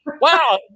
wow